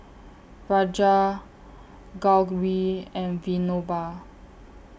Raja Gauri and Vinoba